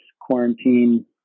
quarantine